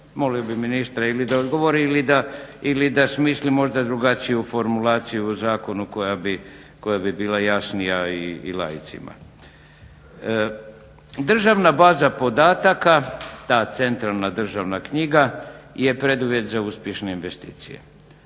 molio bih ministra da ili odgovori ili da smisli možda drugačiju formulaciju u zakonu koja bi bila jasnija i laicima. Državna baza podataka, ta centralna državna knjiga je preduvjet za uspješne investicije.